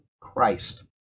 Christ